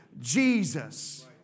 Jesus